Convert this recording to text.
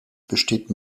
besteht